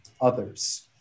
others